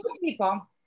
people